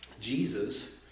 Jesus